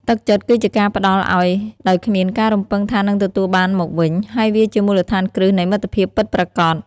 ទឹកចិត្តគឺជាការផ្តល់ឲ្យដោយគ្មានការរំពឹងថានឹងទទួលបានមកវិញ ហើយវាជាមូលដ្ឋានគ្រឹះនៃមិត្តភាពពិតប្រាកដ។